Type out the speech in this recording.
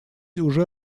уже